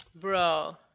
bro